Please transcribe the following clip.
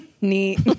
neat